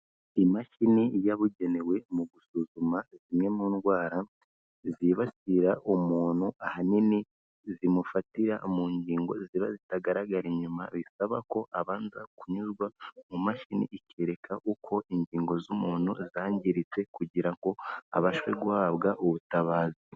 Imashini yabugenewe mu gusuzuma zimwe mu ndwara zibasira umuntu ahanini zimufatira mu ngingo ziba zitagaragara inyuma bisaba ko abanza kunyuzwa mu mashini ikereka uko ingingo z'umuntu zangiritse kugira ngo abashe guhabwa ubutabazi.